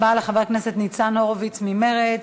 תודה רבה לחבר הכנסת ניצן הורוביץ ממרצ.